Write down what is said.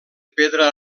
pedra